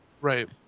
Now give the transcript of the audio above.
right